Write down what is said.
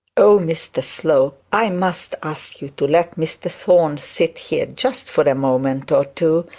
oh, mr slope, i must ask you to let mr thorne sit here just for a moment or two.